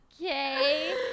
okay